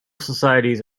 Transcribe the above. societies